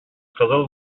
кызыл